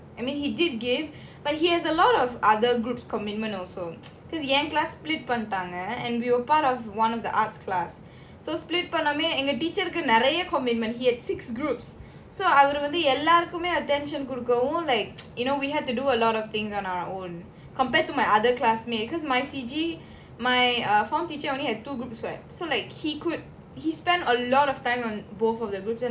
I mean he did give but he has a lot of other group commitment also because he end class பண்ணிட்டாங்க:panitanga and we were part of one of the arts class so split பன்னவுடனே:pannavudane commitment he had six groups so அவருவந்துஎல்லோருக்குமே:avaru vandhu ellorukume attention கொடுக்கவும்:kodukavum like you know we had to do a lot of things on our own compared to my other classmate cause my C_G my form teacher only had two groups [what] so like he could he spent a lot of time on both of the groups and